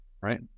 right